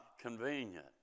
convenient